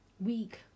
week